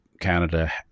Canada